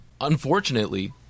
unfortunately